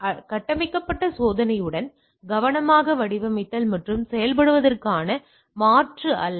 எனவே கட்டமைக்கப்பட்ட சோதனையுடன் கவனமாக வடிவமைத்தல் மற்றும் செயல்படுத்துவதற்கான மாற்று அல்ல